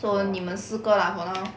so o~ 你们四个 lah 玩 lor